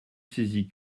saisit